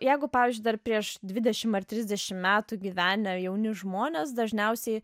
jeigu pavyzdžiui dar prieš dvidešim ar trisdešim metų gyvenę jauni žmonės dažniausiai